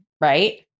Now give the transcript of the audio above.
right